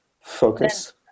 Focus